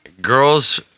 Girls